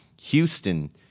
Houston